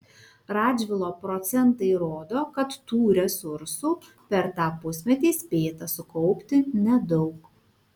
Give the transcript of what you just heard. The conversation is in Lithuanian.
radžvilo procentai rodo kad tų resursų per tą pusmetį spėta sukaupti nedaug